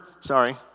sorry